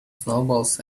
snowballs